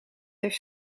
heeft